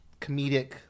comedic